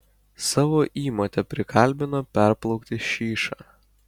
savo įmotę prikalbino perplaukti šyšą